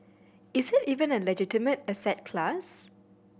is it even a legitimate asset class